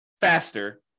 faster